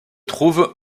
trouve